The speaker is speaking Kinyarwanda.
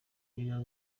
iyo